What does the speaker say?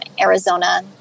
Arizona